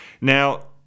Now